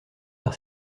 par